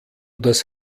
das